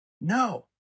No